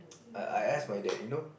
I I ask my dad you know